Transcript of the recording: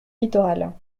littorales